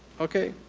okay.